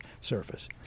surface